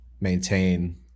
maintain